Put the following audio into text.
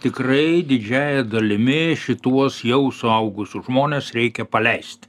tikrai didžiąja dalimi šituos jau suaugusius žmones reikia paleist